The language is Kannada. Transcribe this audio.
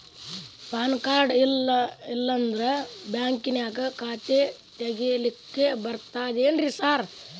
ಪಾನ್ ಕಾರ್ಡ್ ಇಲ್ಲಂದ್ರ ಬ್ಯಾಂಕಿನ್ಯಾಗ ಖಾತೆ ತೆಗೆಲಿಕ್ಕಿ ಬರ್ತಾದೇನ್ರಿ ಸಾರ್?